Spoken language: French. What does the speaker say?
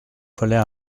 fallait